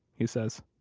he says.